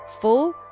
full